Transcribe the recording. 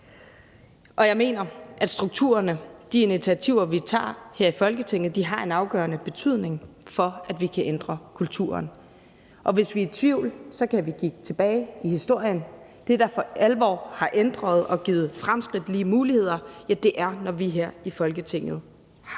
Jeg mener, at strukturerne og de initiativer, vi tager her i Folketinget, har en afgørende betydning for, at vi kan ændre kulturen. Og hvis vi er i tvivl, kan vi kigge tilbage i historien. Det, der for alvor har ændret og givet fremskridt i lige muligheder, er, når vi her i Folketinget har handlet.